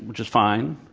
which is fine.